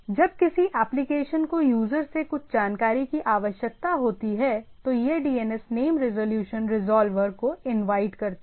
जब किसी एप्लिकेशन को यूज़र से कुछ जानकारी की आवश्यकता होती है तो यह DNS नेम रिज़ॉल्यूशन रिज़ॉल्वर को इनवाइट करता है